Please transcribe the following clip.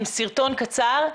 עם סרטון קצר,